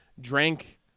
drank